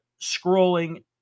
scrolling